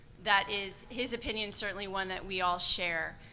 that is his opinion, certainly one that we all share.